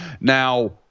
now